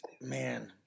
Man